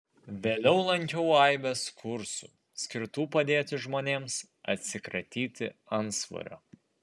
vėliau lankiau aibes kursų skirtų padėti žmonėms atsikratyti antsvorio